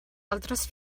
altres